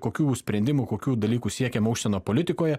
kokių sprendimų kokių dalykų siekiama užsienio politikoje